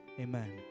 Amen